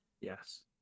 Yes